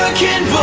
can